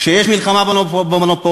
כשיש מלחמה במונופולים.